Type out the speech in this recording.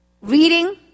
Reading